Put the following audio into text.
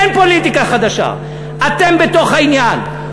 אין פוליטיקה חדשה, אתם בתוך העניין.